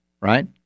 right